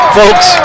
folks